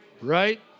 right